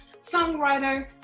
songwriter